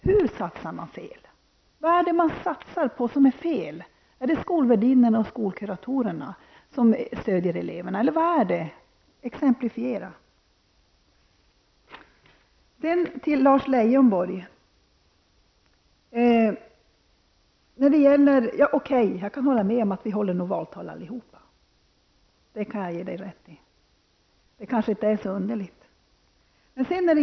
Vilka satsningar i skolan är felaktiga? Syftar hon på skolvärdinnorna eller på skolkuratorerna, som är till för att stödja eleverna, eller vad är det fråga om? Exemplifiera! Till Lars Leijonborg: Jag kan hålla med om att vi nog allihop håller valtal. Det är kanske inte heller så underligt.